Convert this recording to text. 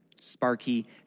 Sparky